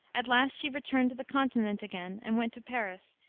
at last she returned to the continent again, and went to paris,